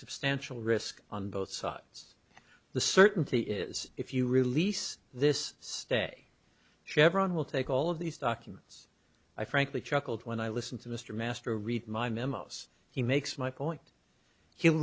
substantial risk on both sides the certainty is if you release this stay chevron will take all of these documents i frankly chuckled when i listened to mr master read my memos he makes my point h